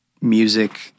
music